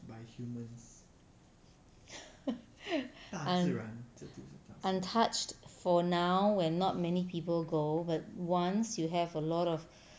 un~ untouched for now when not many people go but once you have a lot of